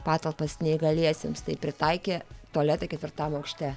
patalpas neįgaliesiems tai pritaikė tualetą ketvirtam aukšte